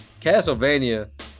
Castlevania